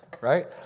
right